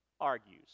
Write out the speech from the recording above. argues